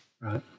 Right